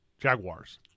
Jaguars